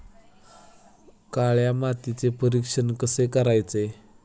काळ्या मातीचे परीक्षण कसे करायचे?